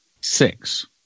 Six